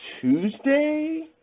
Tuesday